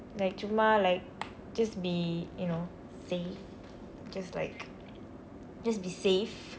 like சும்மா:summaa like just be you know safe just like just be safe just like just be safe